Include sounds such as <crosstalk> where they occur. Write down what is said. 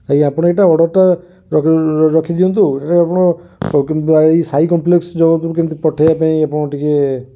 ଆଜ୍ଞା ଆପଣ ଏଇଟା ଅର୍ଡ଼ର ଟା ରଖି ଦିଅନ୍ତୁ ଏଇଟା ଆପଣ <unintelligible> ସାଇ କମ୍ପ୍ଲେକ୍ସ ଯେଉଁ ପାଖକୁ କେମିତି ପଠାଇବା ପାଇଁ କେମିତି ଆପଣ ଟିକେ